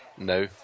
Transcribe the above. No